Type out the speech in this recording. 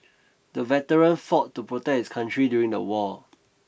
the veteran fought to protect his country during the war